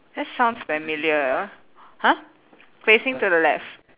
that sounds familiar !huh! facing to the left